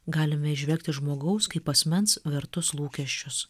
galime įžvelgti žmogaus kaip asmens vertus lūkesčius